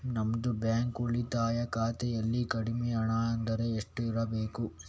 ನಮ್ಮದು ಬ್ಯಾಂಕ್ ಉಳಿತಾಯ ಖಾತೆಯಲ್ಲಿ ಕಡಿಮೆ ಹಣ ಅಂದ್ರೆ ಎಷ್ಟು ಇರಬೇಕು?